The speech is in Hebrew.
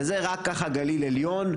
וזה רק ככה גליל עליון.